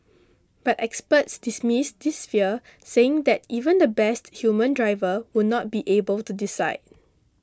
but experts dismiss this fear saying that even the best human driver would not be able to decide